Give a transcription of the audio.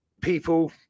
people